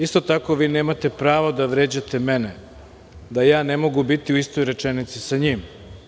Isto tako, vi nemate pravo da vređate mene da ja ne mogu biti u istoj rečenici sa njim.